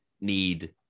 need